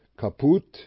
kaput